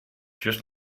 just